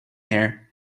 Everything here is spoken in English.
air